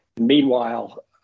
Meanwhile